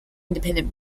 independent